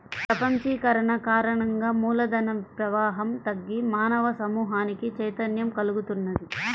ప్రపంచీకరణ కారణంగా మూల ధన ప్రవాహం తగ్గి మానవ సమూహానికి చైతన్యం కల్గుతున్నది